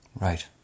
Right